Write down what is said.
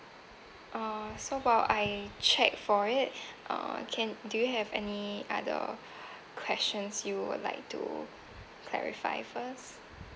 uh so while I check for it uh can do you have any other questions you would like to clarify first